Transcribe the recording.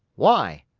why?